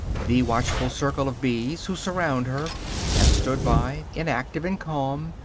the watchful circle of bees who surround her have stood by, inactive and calm,